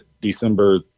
December